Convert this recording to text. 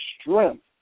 strength